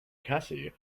cassie